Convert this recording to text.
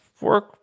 work